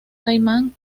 caimán